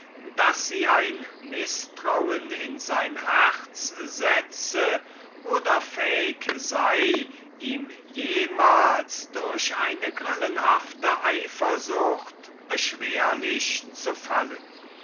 daß sie ein mißtrauen in sein herz setze oder fähig sein könnte sich ihm jemals durch eine grillenhafte eifersucht beschwerlich zu machen